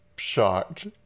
Shocked